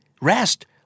rest